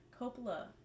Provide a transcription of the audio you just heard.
Coppola